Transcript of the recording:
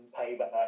payback